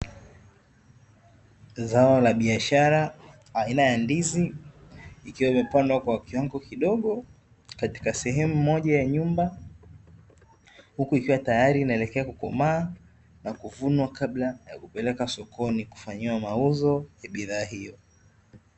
Zao la biashara aina ya ndizi, ikiwa imepandwa kwa kiwango kidogo katika sehemu moja ya nyumba, huku ikiwa tayari kwa ajili ya kukomaa na kuvunwa kabla ya kupelekwa sokoni kufanyiwa mauzo ya bidhaa hiyo.